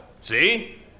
See